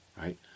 right